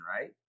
right